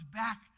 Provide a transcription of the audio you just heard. back